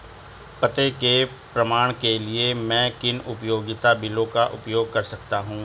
पते के प्रमाण के लिए मैं किन उपयोगिता बिलों का उपयोग कर सकता हूँ?